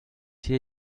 hier